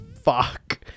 fuck